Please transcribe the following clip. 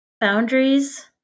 boundaries